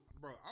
bro